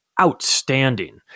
outstanding